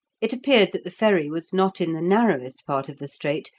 it appeared that the ferry was not in the narrowest part of the strait,